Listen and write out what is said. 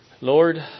Lord